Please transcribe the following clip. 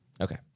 Okay